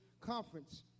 Conference